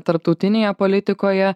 tarptautinėje politikoje